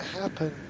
happen